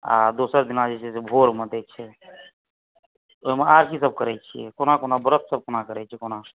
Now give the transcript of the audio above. आ दोसर दिना जे चाही से भोरमे दै छै ओहिमे आर की सभ करै छियै ओना व्रत सभ कोना करै छी कोना